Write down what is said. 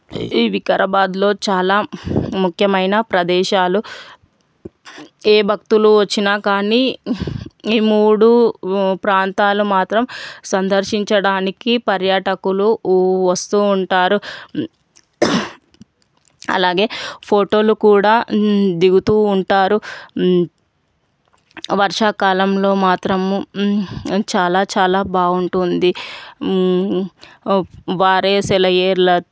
ఈ వికారాబాద్లో చాలా ముఖ్యమైన ప్రదేశాలు ఏ భక్తులు వచ్చినా కానీ ఈ మూడు ప్రాంతాలు మాత్రం సందర్శించడానికి పర్యాటకులు వస్తూ ఉంటారు అలాగే ఫోటోలు కూడా దిగుతూ ఉంటారు వర్షాకాలంలో మాత్రము చాలా చాలా బాగుంటుంది పారే సెలయేరులా